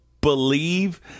believe